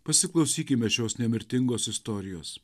pasiklausykime šios nemirtingos istorijos